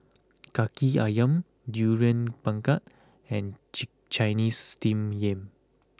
Kaki Ayam Durian Pengat and chick Chinese Steamed Yam